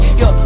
yo